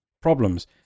problems